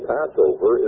Passover